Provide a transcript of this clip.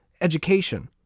education